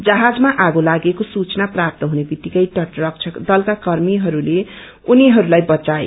जहाजमा आगो लागेको सूचना प्राप्त हुने वितिकै तट रक्षक दलका कर्मीहरूले उनीहरूलाई बचाए